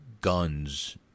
guns